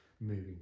moving